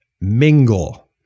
mingle